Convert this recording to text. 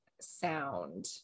sound